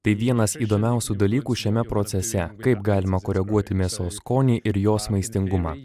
tai vienas įdomiausių dalykų šiame procese kaip galima koreguoti mėsos skonį ir jos maistingumą